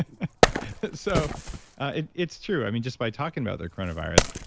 so and it's true. just by talking about the coronavirus,